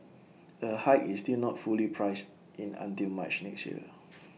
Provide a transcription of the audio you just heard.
A hike is still not fully priced in until March next year